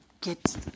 get